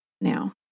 Now